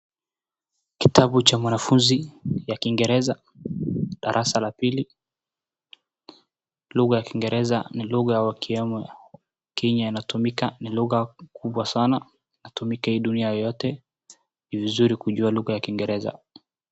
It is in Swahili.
Kitabu cha mwanafunzi cha kiingereza, darasa la pili. Lugha ya kiingereza ni lugha ya kiamu, Kenya inatumika, ni lugha kubwa sana inatumika hii dunia yote, ni vizuri kujua lugha ya kiingereza.